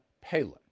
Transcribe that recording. Palin